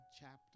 chapter